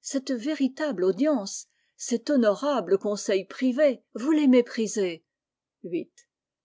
cette véritable audience cet honorable conseil privé vous les méprisez viii